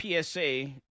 PSA